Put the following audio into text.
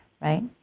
Right